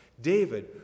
David